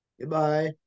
Goodbye